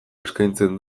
eskaintzen